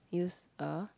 use a